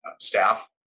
staff